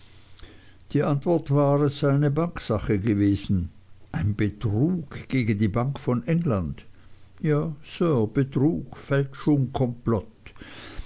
die antwort war es sei eine banksache gewesen ein betrug gegen die bank von england ja sir betrug fälschung komplott